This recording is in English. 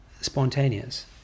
spontaneous